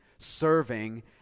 serving